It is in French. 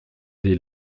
des